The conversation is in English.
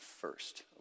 first